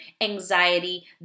anxiety